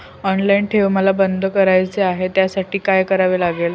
Online ठेव मला बंद करायची आहे, त्यासाठी काय करावे लागेल?